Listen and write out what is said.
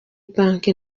banki